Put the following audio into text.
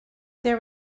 there